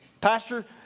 pastor